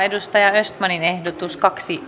pekka haaviston ehdotus kaksi